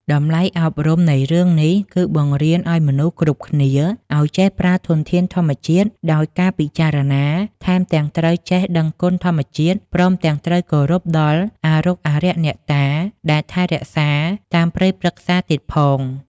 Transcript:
តម្លៃអប់រំនៃរឿងនេះ គឺបង្រៀនឲ្យមនុស្សគ្រប់គ្នាឲ្យចេះប្រើធនធានធម្មជាតិដោយការពិចារណា ថែមទាំងត្រូវចេះដឹងគុណធម្មជាតិ ព្រមទាំងត្រូវគោរពដល់អារុកអារក្សអ្នកតាដែលថែរក្សាតាមព្រៃព្រឹក្សាទៀតផង។